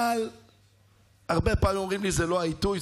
אבל הרבה פעמים אומרים לי: זה לא העיתוי,